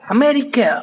America